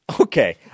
Okay